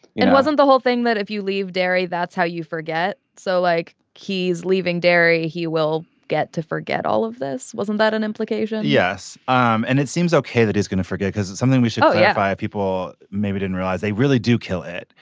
it wasn't the whole thing that if you leave dairy that's how you forget. so like he's leaving dairy. he will get to forget all of this. wasn't that an implication yes. um and it seems ok that he's going to forget because it's something we should yeah. people maybe didn't realize they really do kill it.